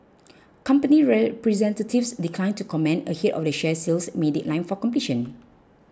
company representatives declined to comment ahead of the share sale's May deadline for completion